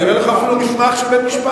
אני אראה לך אפילו מסמך של בית-משפט.